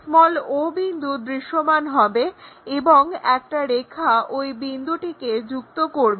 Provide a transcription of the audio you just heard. o বিন্দু দৃশ্যমান হবে এবং একটা রেখা ওই বিন্দুটিকে যুক্ত করবে